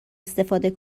استفاده